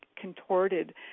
contorted